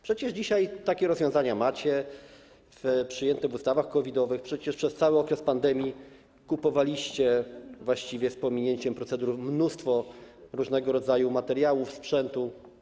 Przecież dzisiaj takie rozwiązania są zawarte w ustawach COVID-owych, przecież przez cały okres pandemii kupowaliście właściwie z pominięciem procedur mnóstwo różnego rodzaju materiałów, sprzętu.